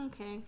Okay